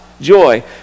joy